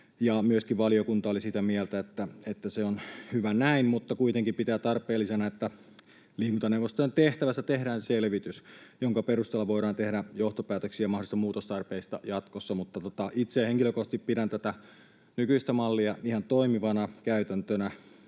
Myöskin valiokunta oli sitä mieltä, että se on hyvä näin, mutta kuitenkin pitää tarpeellisena, että liikuntaneuvostojen tehtävästä tehdään selvitys, jonka perusteella voidaan tehdä johtopäätöksiä mahdollisista muutostarpeista jatkossa. Itse henkilökohtaisesti pidän tätä nykyistä mallia ihan toimivana käytäntönä,